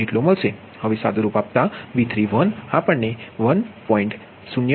હવે સાદુરુપ આપતા V31 તમને 1